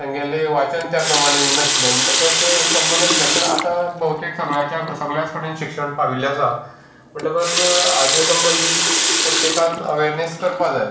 तेंगेलें वाचन त्या प्रमाणें उरना आशिल्लें म्हणटकच संबंद नाशिल्लें पूण आतां भोंवतीक सगल्याच्या सगल्याच कडेन शिक्षण पाविल्लें आसा म्हणटकच हाजे संबंदी प्रत्येकान अवेरनेस करपाक जाय